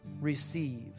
receive